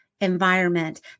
environment